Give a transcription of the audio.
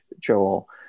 Joel